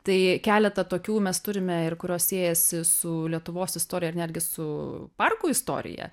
tai keletą tokių mes turime ir kurios siejasi su lietuvos istorija ir netgi su parkų istorija